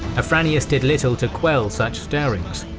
afranius did little to quell such stirrings.